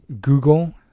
Google